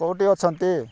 କୋଉଠି ଅଛନ୍ତି